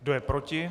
Kdo je proti?